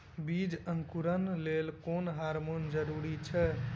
बीज अंकुरण लेल केँ हार्मोन जरूरी छै?